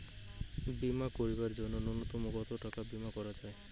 বীমা করিবার জন্য নূন্যতম কতো টাকার বীমা করা যায়?